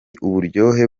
uburyohe